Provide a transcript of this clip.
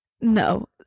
No